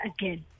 again